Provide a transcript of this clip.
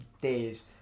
days